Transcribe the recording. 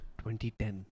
2010